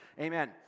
Amen